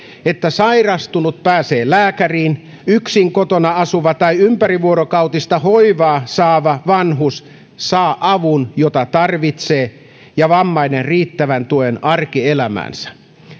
että sairastunut pääsee lääkäriin yksin kotona asuva tai ympärivuorokautista hoivaa saava vanhus saa avun jota tarvitsee ja vammainen riittävän tuen arkielämäänsä